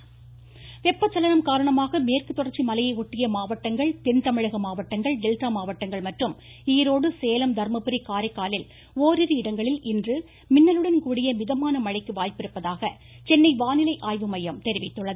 வானிலை வெப்ப சலனம் காரணமாக மேற்கு தொடர்ச்சி மலையை ஒட்டிய மாவட்டங்கள் தென் தமிழக மாவட்டங்கள் டெல்டா மாவட்டங்கள் மற்றும் ஈரோடு சேலம் தருமபுரி காரைக்காலில் ஓரிரு இடங்களில் இன்று மின்னலுடன்கூடிய லேசானது முதல் மிதமான மழைக்கு வாய்ப்பிருப்பதாக சென்னை வானிலை ஆய்வுமையம் தெரிவித்துள்ளது